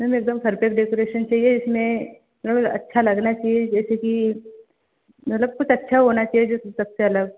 ma'am एकदम perfect decoration चाहिए इसमें मतलब अच्छा लगना चाहिए जैसे कि मतलब कुछ अच्छा होना चाहिए जो सबसे अलग